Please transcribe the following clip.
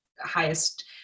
highest